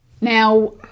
Now